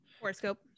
horoscope